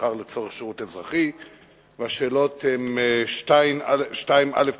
בשבט התש"ע (20 בינואר 2010):